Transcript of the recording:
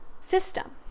system